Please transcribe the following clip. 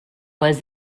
was